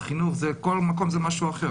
בכל מקום זה משהו אחר.